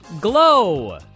GLOW